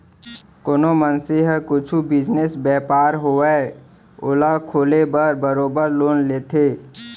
कोनो मनसे ह कुछु बिजनेस, बयपार होवय ओला खोले बर बरोबर लोन लेथे